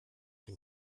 den